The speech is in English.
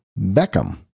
Beckham